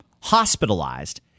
hospitalized